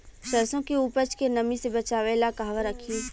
सरसों के उपज के नमी से बचावे ला कहवा रखी?